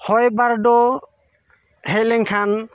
ᱦᱚᱭ ᱵᱟᱨᱰᱩ ᱦᱮᱡ ᱞᱮᱱᱠᱷᱟᱱ